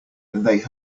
they